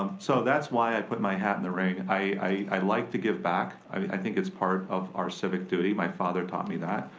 so that's why i put my hat in the ring. i like to give back. i think it's part of our civic duty, my father taught me that.